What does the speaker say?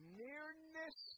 nearness